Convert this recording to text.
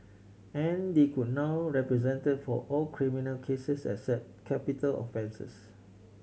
and they could now represent for all criminal cases except capital offences